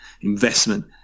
investment